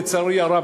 לצערי הרב,